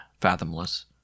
fathomless